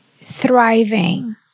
thriving